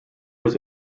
was